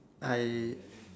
I